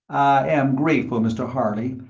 am grateful, mr. harley,